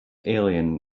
alien